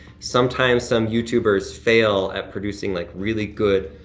sometimes, some youtubers fail at producing like really good,